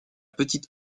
petite